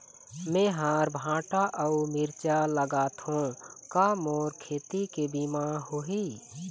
मेहर भांटा अऊ मिरचा लगाथो का मोर खेती के बीमा होही?